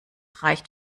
reicht